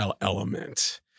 element